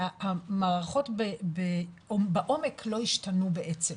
והמערכות בעומק לא השתנו בעצם.